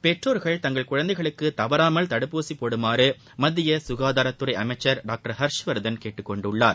பெற்றோர்கள் தங்கள் குழந்தைகளுக்கு தவறாமல் தடுப்பூசி போடும்படி மத்திய ககாதாரத்துறை அமைச்சர் டாக்டர் ஹர்ஷவர்தன் கேட்டுக்கொண்டுருக்கிறார்